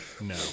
No